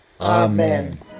Amen